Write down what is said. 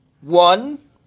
One